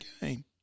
game